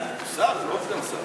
הוא שר, הוא לא סגן שר,